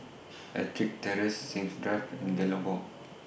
Ettrick Terrace Sims Drive and Gallop Walk